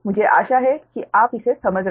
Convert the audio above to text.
मुझे आशा है कि आप इसे समझ रहे हैं